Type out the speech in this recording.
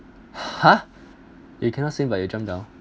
!huh! you cannot say but you jump down